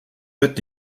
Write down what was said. wird